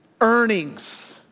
earnings